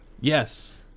Yes